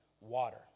water